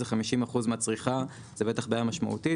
זה 50% מהצריכה זו בטח בעיה משמעותית,